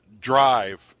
drive